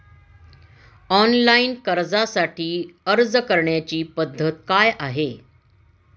Online कर्जासाठी अर्ज करण्याची पद्धत काय आहे?